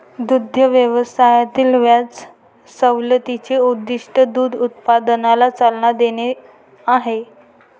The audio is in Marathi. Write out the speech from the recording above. दुग्ध व्यवसायातील व्याज सवलतीचे उद्दीष्ट दूध उत्पादनाला चालना देणे आहे